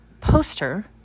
poster